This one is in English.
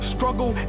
Struggle